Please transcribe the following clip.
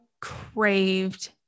craved